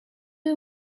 you